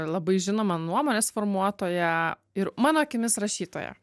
labai žinoma nuomonės formuotoja ir mano akimis rašytoja